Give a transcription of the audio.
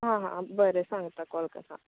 आं आं आं बरें सांगता कॉल करता